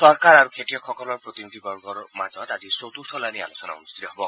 চৰকাৰ আৰু খেতিয়কসকলৰ প্ৰতিনিধিবৰ্গৰ মাজত আজি চতুৰ্থ লানি আলোচনা অনুষ্ঠিত হ'ব